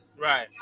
Right